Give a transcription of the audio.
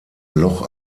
loch